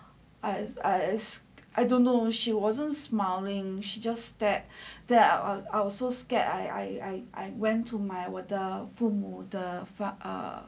as I as I don't know she wasn't smiling she just stare there are also scared I I I went to my 我的父母的 for err